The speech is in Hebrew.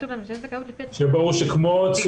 דיברנו על זה.